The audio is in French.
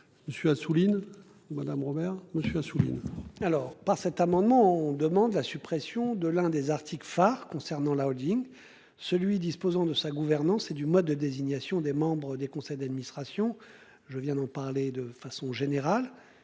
Monsieur Assouline ou Madame Robert. Moi je suis souligné. Alors par cet amendement. On demande la suppression de l'un des articles phares concernant la Holding celui disposant de sa gouvernance et du mode de désignation des membres des conseils d'administration. Je viens d'en parler de façon générale.